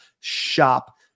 shop